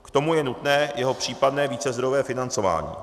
K tomu je nutné jeho případné vícezdrojové financování.